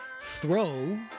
throw